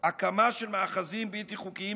הקמה של מאחזים בלתי חוקיים,